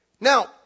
Now